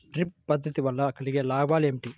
Drip పద్దతి వల్ల కలిగే లాభాలు వివరించండి?